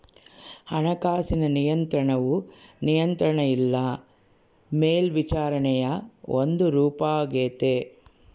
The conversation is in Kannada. ಹಣಕಾಸಿನ ನಿಯಂತ್ರಣವು ನಿಯಂತ್ರಣ ಇಲ್ಲ ಮೇಲ್ವಿಚಾರಣೆಯ ಒಂದು ರೂಪಾಗೆತೆ